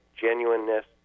genuineness